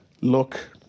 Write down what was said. look